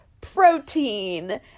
protein